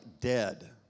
Dead